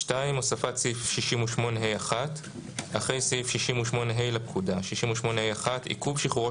הוספת סעיף 68ה1 2. אחרי סעיף 68ה1 לפקודה: "עיכוב שחרורו